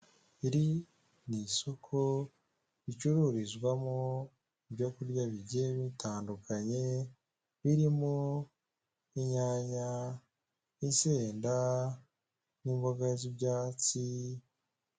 Iri ni isoko ricurururizwamo ibyo kurya bigiye bitandukanye birimo: inyanya, insenda nimboga z'ibyatsi.